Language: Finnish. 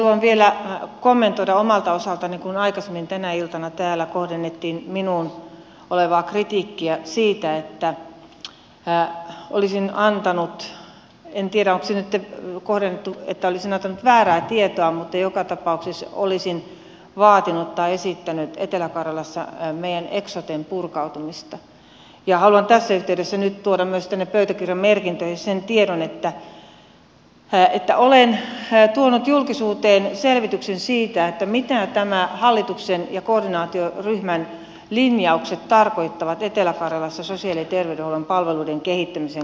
haluan vielä kommentoida omalta osaltani kun aikaisemmin tänä iltana täällä kohdennettiin minuun kritiikkiä siitä että en tiedä onko se nyt kohdennettu niin että olisin antanut väärää tietoa mutta joka tapauksessa olisin vaatinut tai esittänyt etelä karjalassa meidän eksotemme purkautumista ja haluan tässä yhteydessä nyt tuoda myös tänne pöytäkirjamerkintöihin sen tiedon että olen tuonut julkisuuteen selvityksen siitä mitä nämä hallituksen ja koordinaatioryhmän linjaukset tarkoittavat etelä karjalassa sosiaali ja terveydenhuollon palveluiden kehittämisen kannalta